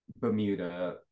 bermuda